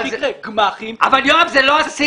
עם כל הכבוד, זה לא הסעיף.